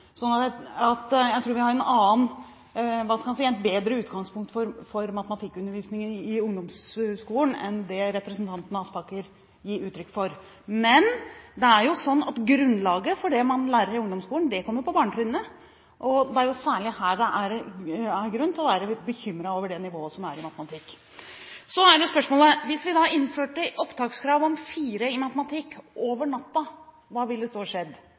jeg tror vi har et bedre utgangspunkt for matematikkundervisningen i ungdomsskolen enn det representanten Aspaker gir uttrykk for. Men det er jo sånn at grunnlaget for det man lærer i ungdomsskolen, kommer på barnetrinnet, og det er særlig her det er grunn til å være bekymret over det nivået som er i matematikk. Så er spørsmålet: Hvis vi da innførte opptakskrav om karakteren 4 i matematikk over natta, hva ville så skjedd?